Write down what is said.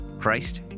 christ